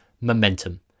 momentum